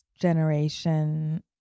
generation